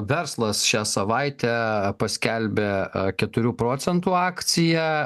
verslas šią savaitę paskelbė keturių procentų akciją